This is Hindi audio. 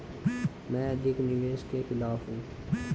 मैं अधिक निवेश के खिलाफ हूँ